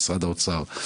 למשרד האוצר,